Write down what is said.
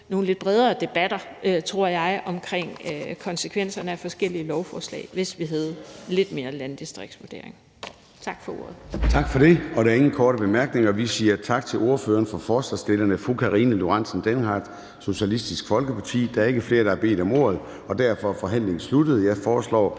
nogle lidt bredere debatter, tror jeg, om konsekvenserne af forskellige lovforslag, hvis vi havde lidt mere landdistriktsvurdering. Tak for ordet.